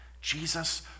Jesus